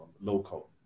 local